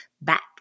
back